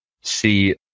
see